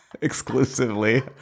exclusively